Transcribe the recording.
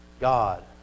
God